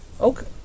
Okay